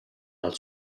dal